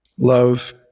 Love